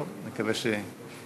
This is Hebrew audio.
טוב, נקווה שיזדרז.